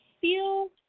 feel